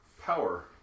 power